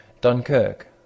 Dunkirk